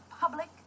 public